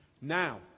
Now